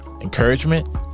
Encouragement